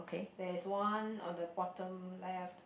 there is one on the bottom left